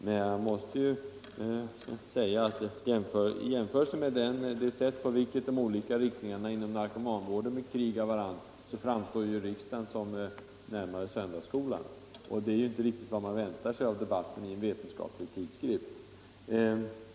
Men jag måste säga att i jämförelse med det sätt, på vilket de olika riktningarna inom narkomanvården bekrigar varandra, framstår riksdagen närmast som en söndagsskola. Det är inte riktigt vad man väntar sig av debatten i en vetenskaplig tidskrift.